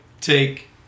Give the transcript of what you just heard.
take